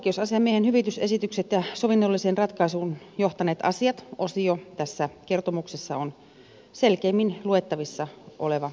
oikeusasiamiehen hyvitysesitykset ja sovinnolliseen ratkaisuun johtaneet asiat osio tässä kertomuksessa on selkeimmin luettavissa oleva osio